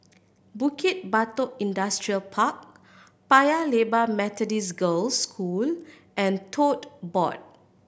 Bukit Batok Industrial Park Paya Lebar Methodist Girls' School and Tote Board